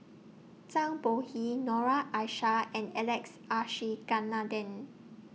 Zhang Bohe Noor Aishah and Alex